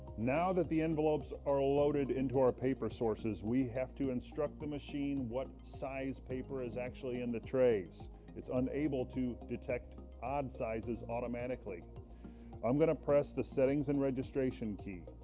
now that the envelopes are ah loaded into our paper sources we have to instruct the machine what size paper is actually in the trace it's unable to detect odd sizes automatically i'm going to press the settings and registration key